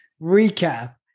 recap